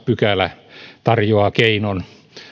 pykälä tarjoaa keinon